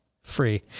free